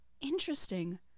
Interesting